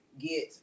get